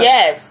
Yes